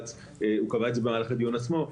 הוא קבע את זה במהלך הדיון עצמו.